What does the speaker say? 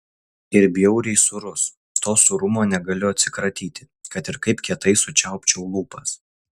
ir bjauriai sūrus to sūrumo negaliu atsikratyti kad ir kaip kietai sučiaupčiau lūpas